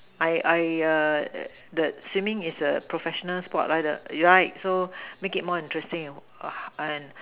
I I err the swimming is a professional sport 来的 right so make it more interesting and